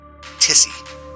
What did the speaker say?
Tissy